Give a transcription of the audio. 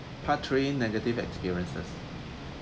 part three negative experiences